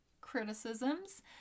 criticisms